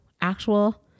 actual